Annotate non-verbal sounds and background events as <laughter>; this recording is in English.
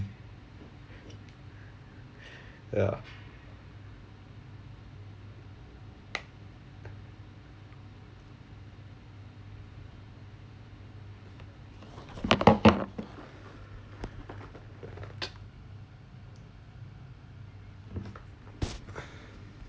ya <noise>